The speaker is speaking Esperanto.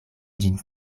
ĝin